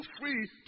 free